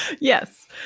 Yes